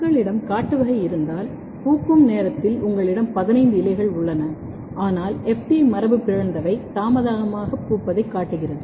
உங்களிடம் காட்டு வகை இருந்தால் பூக்கும் நேரத்தில் உங்களிடம் 15 இலைகள் உள்ளன ஆனால் FT மரபுபிறழ்ந்தவை தாமதமாக பூப்பதைக் காட்டுகிறது